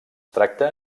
tracta